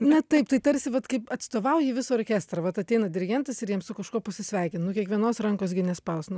na taip tai tarsi vat kaip atstovauji visą orkestrą vat ateina dirigentas ir jam su kažkuo pasisveikint nu kiekvienos rankos gi nespaus nu